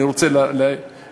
אני רוצה להגיד,